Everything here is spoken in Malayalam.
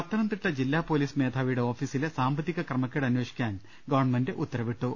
പത്തനംതിട്ട ജില്ലാ പൊലീസ് മേധാവിയുടെ ഓഫീസിലെ സാമ്പ ത്തിക ക്രമക്കേട് അന്വേഷിക്കാൻ ഗവൺമെന്റ് ഉത്തരവിട്ടു